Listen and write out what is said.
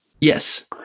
yes